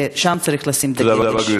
ושם צריך לשים את הדגש.